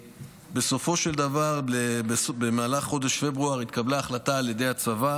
בסופו של דבר במהלך חודש פברואר התקבלה החלטה על ידי הצבא